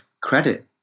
credit